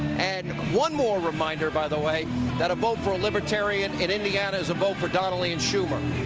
and one more reminder by the way that a vote for libertarian in indiana is a vote for donnelly and schumer.